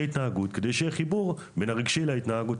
התנהגות ושיהיה חיבור בין הרגשי להתנהגותי.